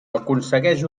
aconsegueix